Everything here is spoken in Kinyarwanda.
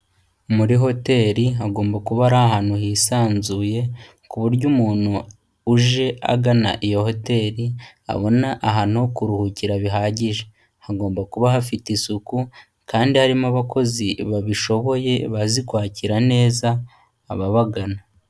Muri hoteri hagomba kuba ari ahantu hisanzuye, ku buryo umuntu uje agana iyo hoteri abona ahantu kuruhukira bihagije, hagomba kuba hafite isuku kandi harimo abakozi babishoboye bazi kwakira neza ababagana.